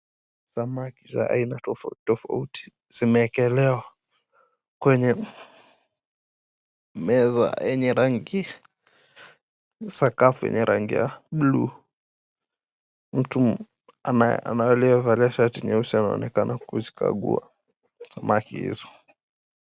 Samaki za aina tofauti tofauti zimeekelewa kwenye meza yenye rangi, sakafu yenye rangi ya blue . Mtu ana aliyevalia shati nyeusi anaonekana kuzikagua, samaki hizo.